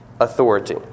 authority